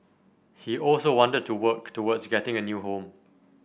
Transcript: he also wanted to work towards getting a new home